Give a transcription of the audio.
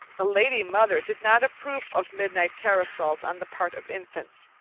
the lady mother did not approve of midnight carousals on the part of infants,